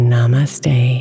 Namaste